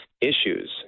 issues